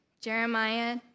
Jeremiah